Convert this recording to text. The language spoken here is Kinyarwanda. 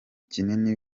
kinini